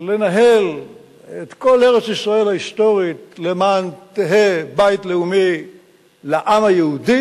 לנהל את כל ארץ-ישראל ההיסטורית למען תהא בית לאומי לעם היהודי,